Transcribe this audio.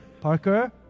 Parker